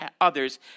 others